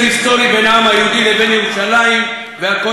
היהודי לבין ירושלים והכותל המערבי.